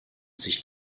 sich